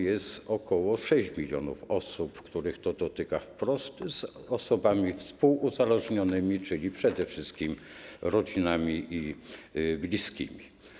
Jest ok. 6 mln osób, których to dotyka wprost, łącznie z osobami współuzależnionymi, czyli przede wszystkim rodzinami i bliskimi.